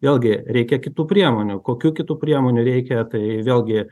vėlgi reikia kitų priemonių kokių kitų priemonių reikia tai vėlgi